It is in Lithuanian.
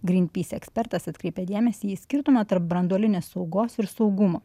grynpys ekspertas atkreipia dėmesį į skirtumą tarp branduolinės saugos ir saugumo